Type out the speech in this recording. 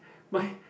my